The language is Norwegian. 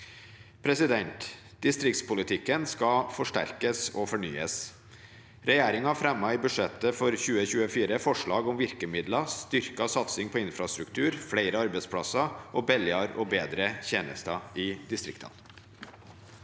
det. Distriktspolitikken skal forsterkes og fornyes. Regjeringen fremmer i budsjettet for 2024 forslag om virkemidler, styrket satsing på infrastruktur, flere arbeidsplasser og billigere og bedre tjenester i distriktene.